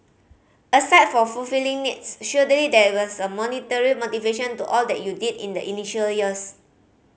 aside from fulfilling needs surely there was a monetary motivation to all that you did in the initial years